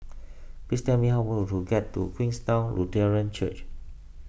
please tell me how get to Queenstown Lutheran Church